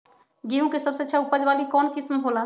गेंहू के सबसे अच्छा उपज वाली कौन किस्म हो ला?